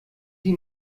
sie